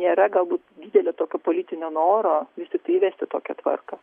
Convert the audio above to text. nėra galbūt didelio tokio politinio noro vis tiktai įvesti tokią tvarką